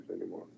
anymore